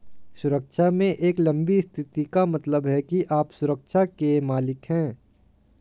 सुरक्षा में एक लंबी स्थिति का मतलब है कि आप सुरक्षा के मालिक हैं